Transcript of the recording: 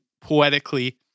poetically